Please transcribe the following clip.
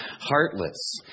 heartless